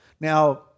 Now